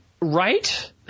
Right